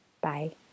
Bye